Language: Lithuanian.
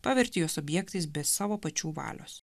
paverti juos objektais be savo pačių valios